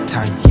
Time